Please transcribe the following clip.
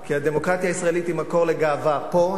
כי הדמוקרטיה הישראלית היא מקור לגאווה פה,